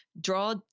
draw